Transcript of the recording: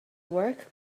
work